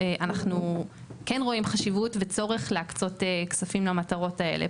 אנחנו כן רואים חשיבות וצורך להקצות כספים למטרות האלה,